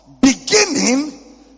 beginning